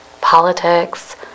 politics